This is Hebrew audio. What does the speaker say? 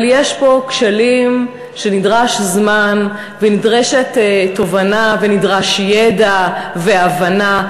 אבל יש פה כשלים שנדרש זמן ונדרשת תובנה ונדרשים ידע והבנה.